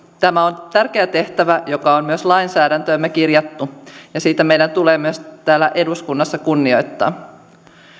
tämä on tärkeä tehtävä joka on myös lainsäädäntöömme kirjattu ja sitä meidän tulee myös täällä eduskunnassa kunnioittaa